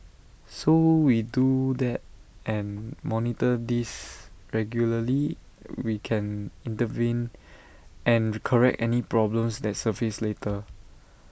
so we do that and monitor this regularly we can intervene and correct any problems that surface later